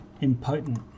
impotent